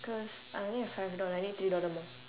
cause I only have five dollar I need three dollar more